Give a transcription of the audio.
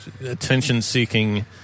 attention-seeking